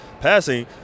passing